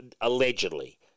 allegedly